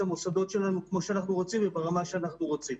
המוסדות שלנו כמו שאנחנו רוצים וברמה שאנחנו רוצים.